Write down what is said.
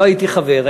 לא הייתי חבר,